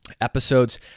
episodes